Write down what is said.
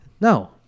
No